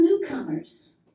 newcomers